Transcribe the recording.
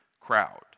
crowd